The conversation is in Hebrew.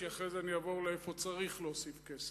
כי אחרי זה אני אעבור לשאלה איפה צריך להוסיף כסף.